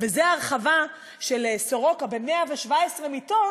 וזה הרחבה של סורוקה ב-117 מיטות.